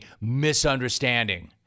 misunderstanding